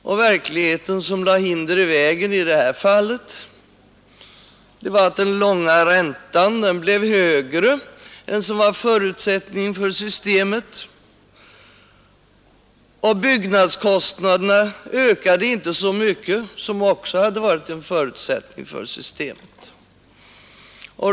Och den verklighet som lade hinder i vägen i det här fallet var att den långa räntan blev högre än vad som var en förutsättning för systemet medan byggnadskostnaderna inte ökade så mycket som systemet också förutsatte.